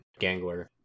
gangler